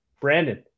Brandon